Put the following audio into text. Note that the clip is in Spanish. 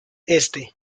este